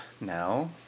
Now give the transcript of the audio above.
now